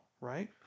right